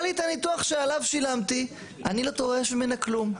לי את הניתוח שעליו שילמתי אני לא דורש ממנה כלום.